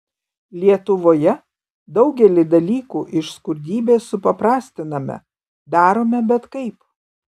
lietuvoje daugelį dalykų iš skurdybės supaprastiname darome bet kaip